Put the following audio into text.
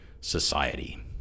society